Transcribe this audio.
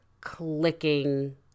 clicking